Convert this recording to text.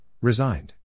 Resigned